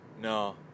No